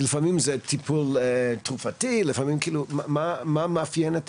לפעמים זה טיפול תרופתי, מה מאפיין את